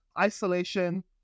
isolation